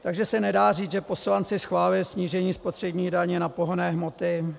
Takže se nedá říct, že poslanci schválili snížení spotřební daně na pohonné hmoty?